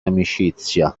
amicizia